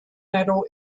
medal